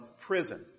prison